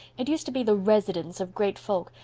it used to be the residence of great folk,